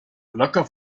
placa